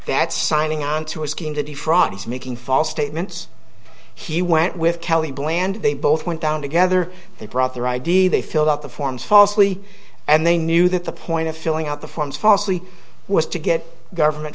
that's signing onto a scheme to defraud he's making false statements he went with kelly bland they both went down together they brought their idea they filled out the forms falsely and they knew that the point of filling out the forms falsely was to get government